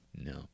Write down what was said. No